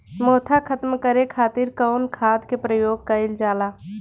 मोथा खत्म करे खातीर कउन खाद के प्रयोग कइल जाला?